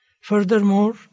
Furthermore